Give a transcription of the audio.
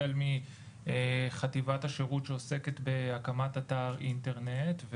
החל מחטיבת השירות שעוסקת בהקמת אתר אינטרנט,